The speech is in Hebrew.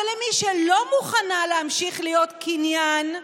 אבל למי שלא מוכנה להמשיך להיות קניין,